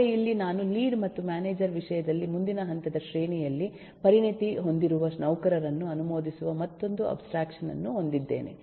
ಆದರೆ ಇಲ್ಲಿ ನಾನು ಲೀಡ್ ಮತ್ತು ಮ್ಯಾನೇಜರ್ ವಿಷಯದಲ್ಲಿ ಮುಂದಿನ ಹಂತದ ಶ್ರೇಣಿಯಲ್ಲಿ ಪರಿಣತಿ ಹೊಂದಿರುವ ನೌಕರರನ್ನು ಅನುಮೋದಿಸುವ ಮತ್ತೊಂದು ಅಬ್ಸ್ಟ್ರಾಕ್ಷನ್ ಅನ್ನು ಹೊಂದಿದ್ದೇನೆ